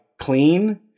clean